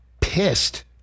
pissed